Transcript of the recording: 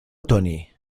tony